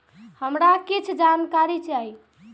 हमरा कीछ जानकारी चाही